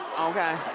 okay?